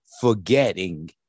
forgetting